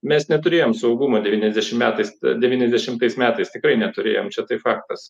mes neturėjom saugumo devyniasdešim metais devyniasdešimtais metais tikrai neturėjom čia tai faktas